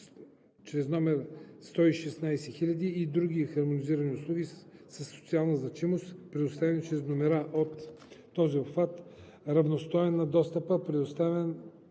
чрез номер 116000 и другите хармонизирани услуги със социална значимост, предоставяни чрез номера от този обхват, равностоен на достъпа, предоставян